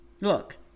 Look